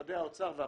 משרדי האוצר והפנים,